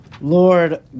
Lord